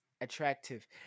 attractive